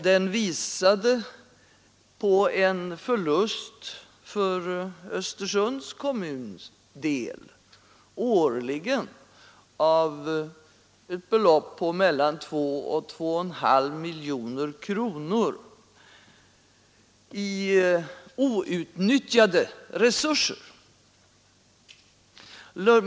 Den visade en årlig förlust för Östersunds kommuns del av ett belopp på mellan 2 och 2,5 miljoner kronor i outnyttjade resurser.